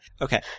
Okay